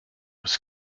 was